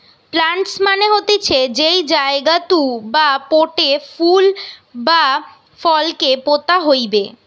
planters মানে হতিছে যেই জায়গাতু বা পোটে ফুল বা ফল কে পোতা হইবে